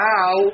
Now